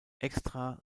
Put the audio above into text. extra